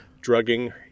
Drugging